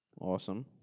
Awesome